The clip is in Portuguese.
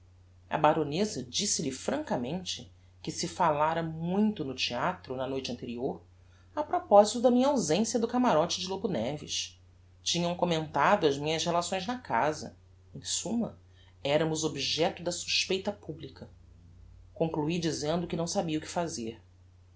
a baroneza disse-lhe francamente que se falára muito no theatro na noite anterior a proposito da minha ausencia do camarote de lobo neves tinham commentado as minhas relações na casa em suma eramos objecto da suspeita publica conclui dizendo que não sabia o que fazer